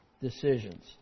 decisions